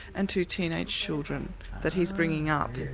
and two teenage children that he's bringing up. yeah